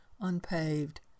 unpaved